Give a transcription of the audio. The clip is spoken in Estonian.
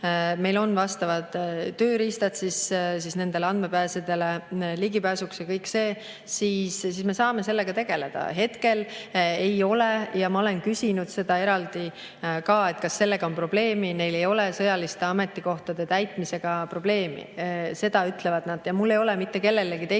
meil on vastavad tööriistad nendele andmebaasidele ligipääsuks ja kõik see, siis me saame sellega tegeleda. Hetkel ei ole ja ma olen küsinud seda eraldi ka, et kas sellega on probleemi. Neil ei ole sõjaliste ametikohtade täitmisega probleemi. Seda ütlevad nad. Ja mul ei ole mitte kellelegi teisele